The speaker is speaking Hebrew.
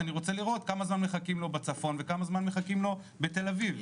אני רוצה לראות כמה זמן מחכים לו בצפון וכמה זמן מחכים לו בתל אביב,